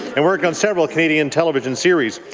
and worked on several canadian television series.